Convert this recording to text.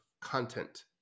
content